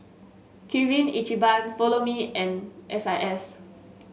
Kirin Ichiban Follow Me and S I S